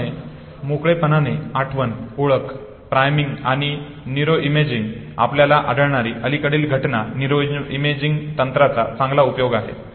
मुक्तपणे मोकळेपणाने आठवण ओळख प्रायमिंग आणि न्यूरोइमेजिंग आपल्याला आढळणारी अलीकडील घटना न्यूरोइमेजिंग तंत्राचा चांगला उपयोग आहे